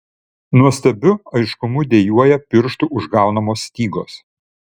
nuostabiu aiškumu dejuoja pirštų užgaunamos stygos